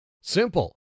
Simple